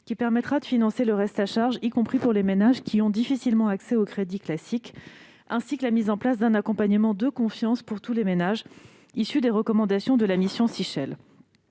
il permettra de financer le reste à charge, y compris pour les ménages ayant difficilement accès au crédit classique -et d'un accompagnement de confiance pour tous les ménages, conformément aux recommandations de la mission Sichel.